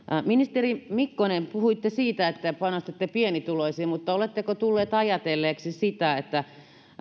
ministeri mikkonen puhuitte siitä että panostatte pienituloisiin mutta oletteko tullut ajatelleeksi sitä että